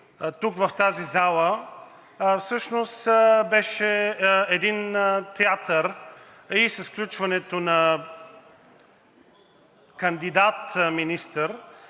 тук, в тази зала, всъщност беше един театър и с включването на кандидат-министър,